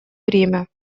время